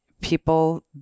people